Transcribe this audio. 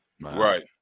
Right